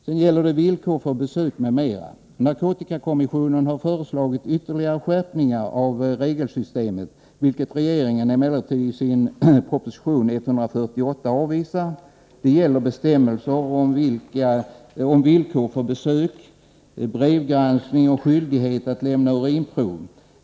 Sedan skall jag ta upp villkor för besök m.m. Narkotikakommissionen har föreslagit ytterligare skärpningar av regelsystemet, något som regeringen emellertid i sin proposition 148 avvisat. Det gäller bestämmelser om villkor för besök, brevgranskning och skyldighet att lämna urinprov.